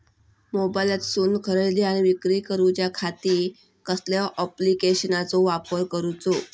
मोबाईलातसून खरेदी आणि विक्री करूच्या खाती कसल्या ॲप्लिकेशनाचो वापर करूचो?